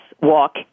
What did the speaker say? walk